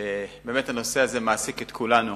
באמת הנושא הזה מעסיק את כולנו: